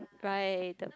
right